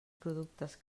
productes